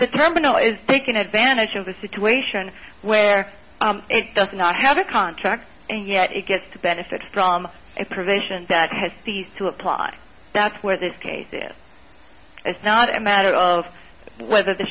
the terminal is taken advantage of a situation where it does not have a contract and yet it gets to benefit from prevention that has these to apply that's where this case it is not a matter of whether the